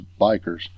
bikers